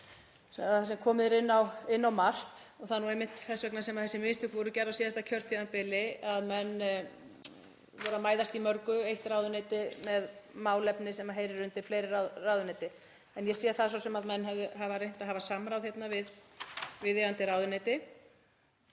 þar sem komið er inn á margt. Það er einmitt þess vegna sem þessi mistök voru gerð á síðasta kjörtímabili, menn voru að mæðast í mörgu, eitt ráðuneyti með málefni sem heyrir undir fleiri ráðuneyti. En ég sé það svo sem að menn hafa reynt að hafa samráð við viðeigandi ráðuneyti.